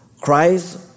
Christ